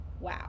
Wow